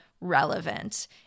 relevant